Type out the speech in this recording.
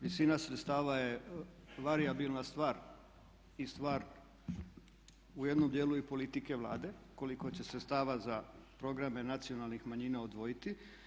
Visina sredstava je varijabilna stvar i stvar u jednom dijelu i politike Vlade koliko će sredstava za programe nacionalnih manjina odvojiti.